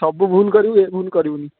ସବୁ ଭୁଲ କରିବୁ ଏ ଭୁଲ କରିବୁନି